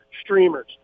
streamers